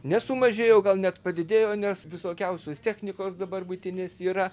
nesumažėjo gal net padidėjo nes visokiausios technikos dabar buitinės yra